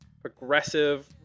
progressive